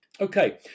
Okay